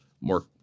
more